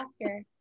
oscar